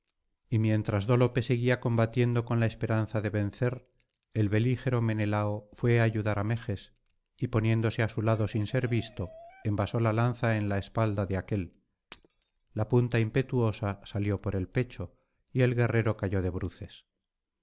y mientras dólope seguía combatiendo con la esperanza de vencer el belígero menelao fué á ayudar á meges y poniéndose á su lado sin ser visto envasó la lanza en la espalda de aquél la punta impetuosa salió por el pecho y el guerrero cayó de bruces